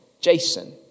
Jason